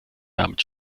damit